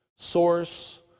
source